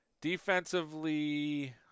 Defensively